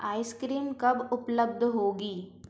ice cream कब उपलब्ध होगी